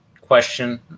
question